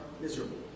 miserable